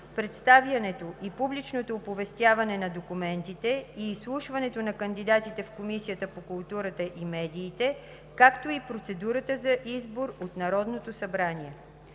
представянето и публичното оповестяване на документите и изслушването на кандидатите в Комисията по културата и медиите, както и процедурата за избор от Народното събрание